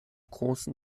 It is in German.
großen